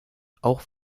auch